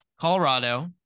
Colorado